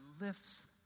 lifts